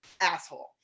asshole